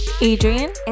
Adrian